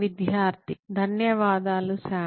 విద్యార్థి 1 ధన్యవాదాలు సామ్